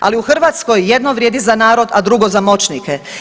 Ali u Hrvatskoj jedno vrijedi za narod, a drugo za moćnike.